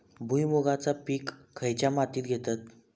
भुईमुगाचा पीक खयच्या मातीत घेतत?